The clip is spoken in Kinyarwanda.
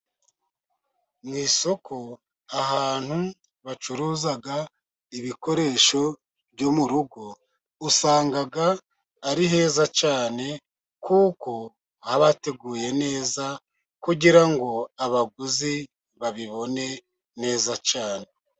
Mu isoko ahantu bacuruza ibikoresho byo mu rugo usanga ari heza cyane, kuko haba hateguye neza, kugira ngo abaguzi babibone neza cyane.